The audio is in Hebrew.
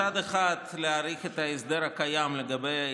מצד אחד להאריך את ההסדר הקיים לגבי